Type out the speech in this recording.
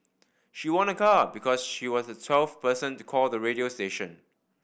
she won a car because she was the twelfth person to call the radio station